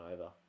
over